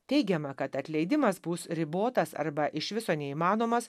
teigiama kad atleidimas bus ribotas arba iš viso neįmanomas